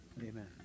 Amen